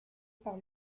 par